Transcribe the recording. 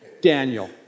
Daniel